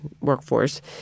Workforce